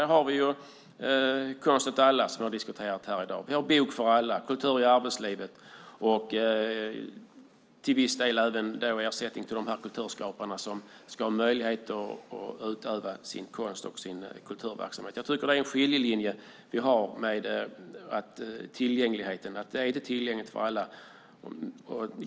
Där har vi Konst åt alla, som vi har diskuterat här i dag, Bok för alla, Kultur i arbetslivet och till viss del även ersättningen till kulturskaparna som ska ha möjlighet att utöva sin konst och sin kulturverksamhet. Jag tycker att vi har en skiljelinje när det gäller tillgängligheten. Det är inte tillgängligt för alla.